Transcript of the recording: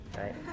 right